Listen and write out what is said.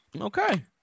okay